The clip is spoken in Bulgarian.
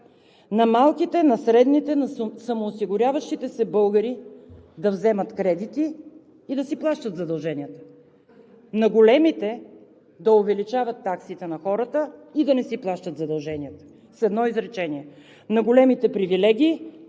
На малките, на средните, на самоосигуряващите се българи – да вземат кредити и да си плащат задълженията. На големите – да увеличават таксите на хората и да не си плащат задълженията! С едно изречение – на големите – привилегии,